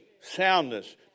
soundness